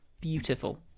beautiful